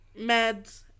meds